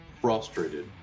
frustrated